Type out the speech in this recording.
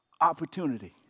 opportunity